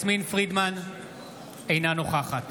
אינה נוכחת